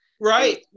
Right